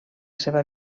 seva